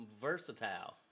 versatile